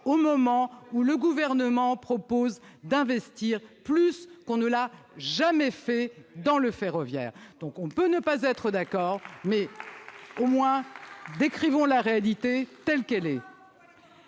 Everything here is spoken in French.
au moment où le Gouvernement propose d'investir plus qu'on ne l'a jamais fait dans le ferroviaire ? On peut ne pas être d'accord, mais décrivons au moins la réalité telle qu'elle est